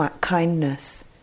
kindness